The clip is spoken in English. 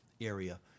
area